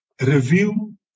review